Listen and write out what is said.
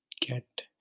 get